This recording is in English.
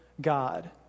God